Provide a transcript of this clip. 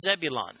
Zebulon